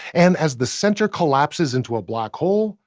and as the center collapses into a black hole,